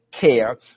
care